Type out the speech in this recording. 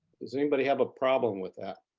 does anybody have a problem with that?